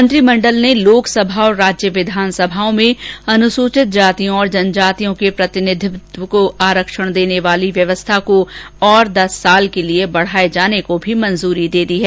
मंत्रिमण्डल ने लोकसभा और राज्य विधानसभाओं में अनुसूचित जातियों और जनजातियों के प्रतिनिधित्व को आरक्षण देने वाली व्यवस्था को और दस वर्ष के लिए बढ़ाए जाने को भी मंजूरी दे दी है